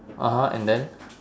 (uh huh) and then